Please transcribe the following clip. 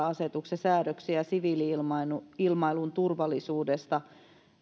asetuksen säännöksiä siviili ilmailun ilmailun turvallisuudesta